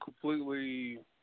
completely